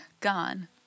gone